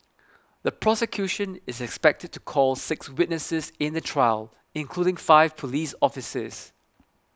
the prosecution is expected to call six witnesses in the trial including five police officers